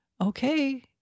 okay